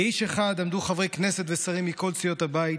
כאיש אחד עמדו חברי כנסת ושרים מכל סיעות הבית,